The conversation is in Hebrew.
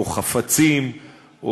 או חפצים,